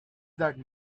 that